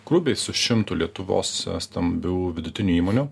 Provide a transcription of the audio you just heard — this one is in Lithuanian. grubiai su šimtu lietuvos stambių vidutinių įmonių